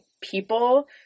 people